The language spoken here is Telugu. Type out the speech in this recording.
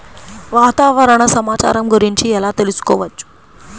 వాతావరణ సమాచారం గురించి ఎలా తెలుసుకోవచ్చు?